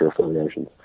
affiliations